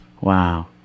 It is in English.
Wow